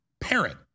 parrot